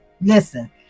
Listen